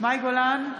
מאי גולן,